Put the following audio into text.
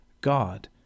God